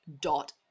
dot